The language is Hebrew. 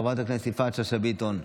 חברת הכנסת יפעת שאשא ביטון,